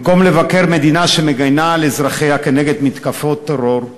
במקום לבקר מדינה שמגינה על אזרחיה כנגד מתקפות טרור,